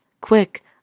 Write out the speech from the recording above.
quick